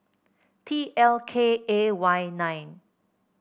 T L K A Y nine